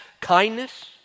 kindness